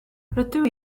rydw